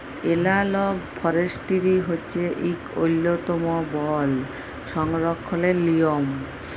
এলালগ forestry হছে ইক উল্ল্যতম বল সংরখ্খলের লিয়ম